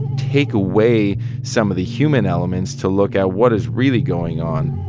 take away some of the human elements to look at what is really going on